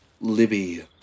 Libby